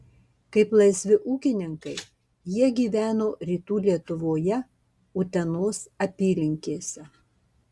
kaip laisvi ūkininkai jie gyveno rytų lietuvoje utenos apylinkėse